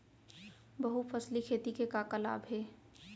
बहुफसली खेती के का का लाभ हे?